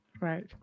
Right